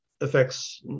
affects